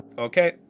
okay